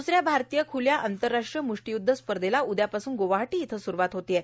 द्स या भारतीय खुल्या आंतरराष्ट्रीय मुष्टीयुध्द स्पर्धेला उद्यापासून गुवाहाटी इथं सुरवात होणार आहे